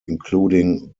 including